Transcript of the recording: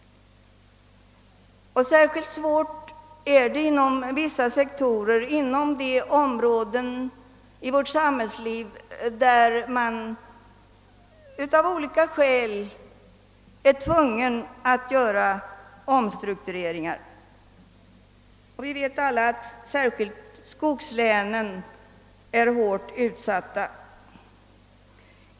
Särskilt svårt är det inom vissa sektorer, nämligen inom de områden av vårt samhällsliv där man av särskilda skäl är tvungen att göra omstruktureringar. Vi vet alla att särskilt skogslänen är hårt utsatta.